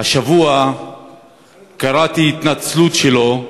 השבוע קראתי התנצלות שלו,